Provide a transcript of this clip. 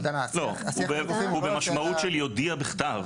אבל הוא במשמעות של יודיע בכתב,